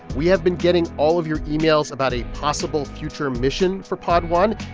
we have been getting all of your emails about a possible future mission for pod one.